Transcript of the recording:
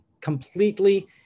completely